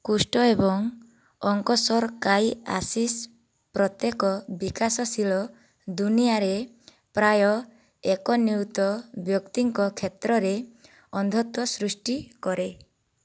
କୁଷ୍ଠ ଏବଂ ଅଙ୍କୋସର୍କାଇଆସିସ୍ ପ୍ରତ୍ୟେକ ବିକାଶଶୀଳ ଦୁନିଆରେ ପ୍ରାୟ ଏକ ନିୟୁତ ବ୍ୟକ୍ତିଙ୍କ କ୍ଷେତ୍ରରେ ଅନ୍ଧତ୍ୱ ସୃଷ୍ଟି କରେ